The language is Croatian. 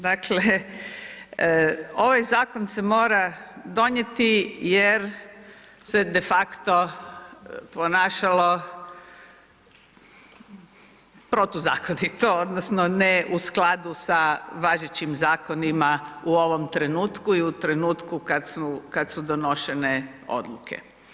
Dakle, ovaj zakon se mora donijeti jer se de facto ponašalo protuzakonito odnosno ne u skladu sa važećim zakonima u ovom trenutku i u trenutku kada su donošene odluke.